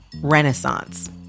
Renaissance